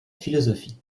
philosophie